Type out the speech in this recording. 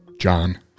John